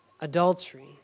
adultery